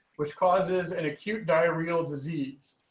which causes and acute diarrheal disease,